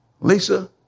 Lisa